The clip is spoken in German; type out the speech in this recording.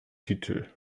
titel